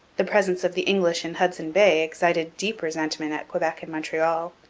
the presence of the english in hudson bay excited deep resentment at quebec and montreal.